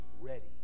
ready